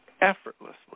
effortlessly